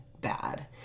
bad